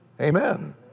Amen